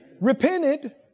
Repented